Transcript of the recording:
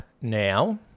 now